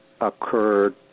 occurred